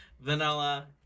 vanilla